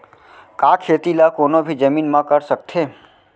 का खेती ला कोनो भी जमीन म कर सकथे?